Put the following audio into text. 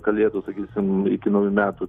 kalėdų sakysim iki naujų metų